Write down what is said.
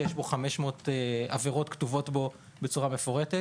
שיש בו 500 עבירות שכתובות בצורה מפורטת.